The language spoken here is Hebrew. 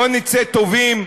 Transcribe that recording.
בואו נצא טובים,